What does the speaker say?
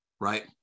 right